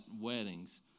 weddings